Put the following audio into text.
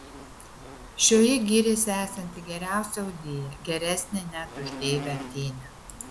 šioji gyrėsi esanti geriausia audėja geresnė net už deivę atėnę